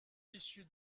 issus